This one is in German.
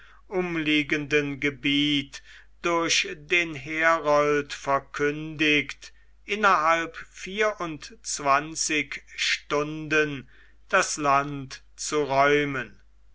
umliegenden gebiet durch den herold verkündigt innerhalb einundzwanzig stunden das land zu räumen